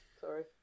Sorry